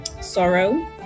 sorrow